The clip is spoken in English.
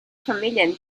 familiar